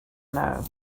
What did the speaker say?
know